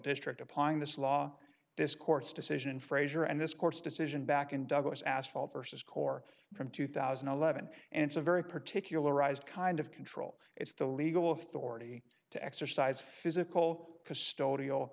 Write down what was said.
district applying this law this court's decision in frazier and this court's decision back in douglas asphalt vs core from two thousand and eleven and it's a very particular arised kind of control it's the legal authority to exercise physical custodial